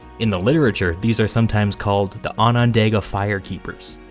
in the literature these are sometimes called the onondaga firekeepers.